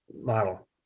model